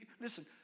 Listen